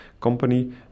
company